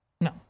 No